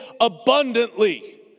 abundantly